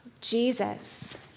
Jesus